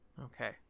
Okay